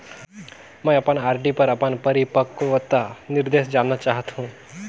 मैं अपन आर.डी पर अपन परिपक्वता निर्देश जानना चाहत हों